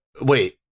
Wait